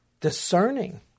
Discerning